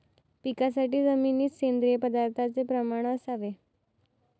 पिकासाठी जमिनीत सेंद्रिय पदार्थाचे प्रमाण असावे